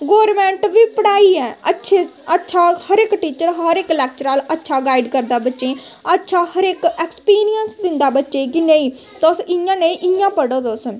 government बी पढ़ाई ऐ अच्छा हर इक टीचर हर इक लैकचरार अच्छा गाइड करदा बच्चें गीअच्छा हर इक अक्सपीरिंयस दा बच्चें गी कि नेईं तुस इ'यां नेईं इ'यां पढ़ो तुस